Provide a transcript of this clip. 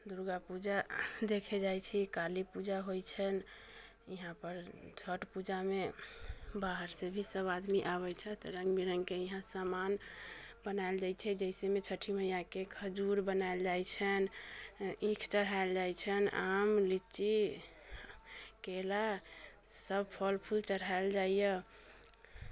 दुर्गापूजा देखे जाइ छी काली पूजा होइ छनि इहाँपर छठ पूजामे बाहरसँ भी सभ आदमी आबै छथि रङ्ग बिरङ्गके इहाँ सामान बनायल जाइ छै जैसेमे छठि मइयाके खजूर बनायल जाइ छनि ईख चढ़ैल जाइ छनि आम लीची केला सभ फल फूल चढ़ैल जाइए